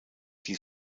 die